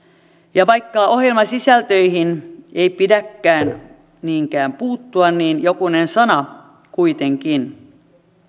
ja vaikka ohjelmasisältöihin ei pidäkään niinkään puuttua niin jokunen sana kuitenkin